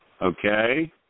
Okay